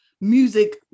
music